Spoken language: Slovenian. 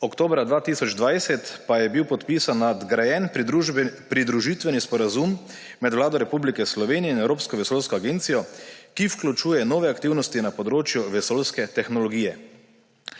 Oktobra 2020 pa je bil podpisan nadgrajen pridružitveni sporazum med Vlado Republike Slovenije in Evropsko vesoljsko agencijo, ki vključuje nove aktivnosti na področju vesoljske tehnologije.